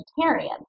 vegetarian